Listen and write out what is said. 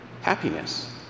happiness